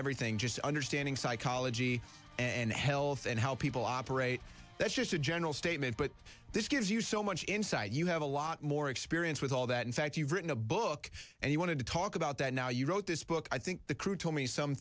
everything just understanding psychology and health and how people operate that's just a general statement but this gives you so much insight you have a lot more experience with all that in fact you've written a book and he wanted to talk about that now you wrote this book i think the crew told me some